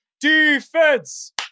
Defense